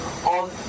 On